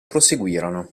proseguirono